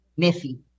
Miffy